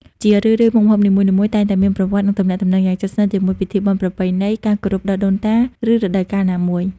ជារឿយៗ មុខម្ហូបនីមួយៗតែងតែមានប្រវត្តិ និងទំនាក់ទំនងយ៉ាងជិតស្និទ្ធជាមួយពិធីបុណ្យប្រពៃណី ការគោរពដល់ដូនតា ឬរដូវកាលណាមួយ។